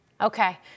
Okay